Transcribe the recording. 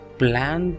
plan